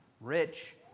rich